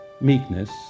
meekness